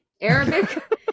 arabic